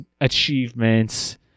achievements